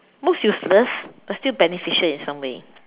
most useless but still beneficial in some way